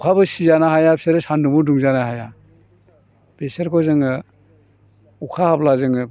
अखाबो सिजानो हाया बिसोरो सानदुंबो दुंजानो हाया बिसोरखौ जोङो अखा हाब्ला जोङो